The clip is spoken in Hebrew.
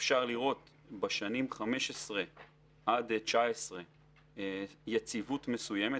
אפשר לראות בשנים 2015 עד 2019 יציבות מסוימת,